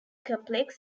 complex